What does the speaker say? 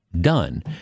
done